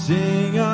Sing